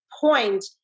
point